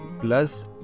plus